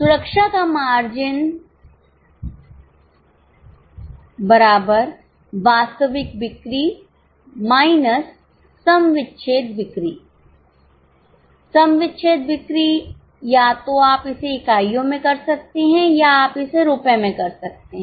सुरक्षा का मार्जिन वास्तविक बिक्री सम विच्छेद बिक्री सम विच्छेद बिक्री या तो आप इसे इकाइयों में कर सकते हैं या आप इसे रुपये में कर सकते हैं